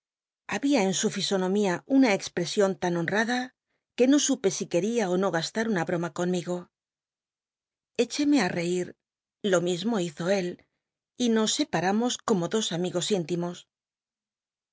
habia en su fisonomía una expresion tan honrada que no supe si quel ia ó no gastar una broma conmigo echéme á reir lo mismo hizo él y nos separamos como dos amigos inlimos